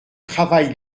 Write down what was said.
travail